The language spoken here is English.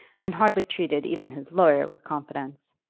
and hardly treated even his lawyer with confidence.